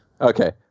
Okay